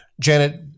Janet